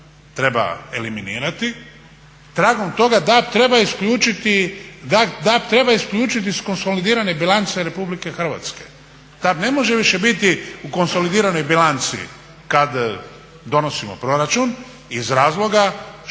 treba eliminirati, tragom toga DAB treba isključiti iz konsolidirane bilance RH. DAB ne može više biti u konsolidiranoj bilanci kada donosimo proračun iz razloga što